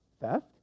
theft